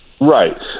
Right